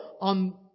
on